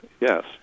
Yes